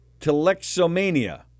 telexomania